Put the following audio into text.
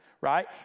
right